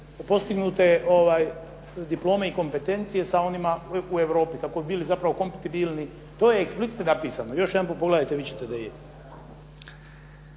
postignute diplome i kompetencije sa onima u Europi kako bi bili zapravo kompetibilni. To je explicite napisano. Još jedanput pogledajte, vidjet ćete da je.